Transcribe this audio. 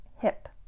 hip